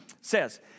says